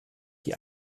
die